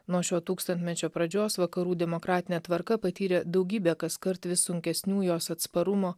nuo šio tūkstantmečio pradžios vakarų demokratinė tvarka patyrė daugybę kaskart vis sunkesnių jos atsparumo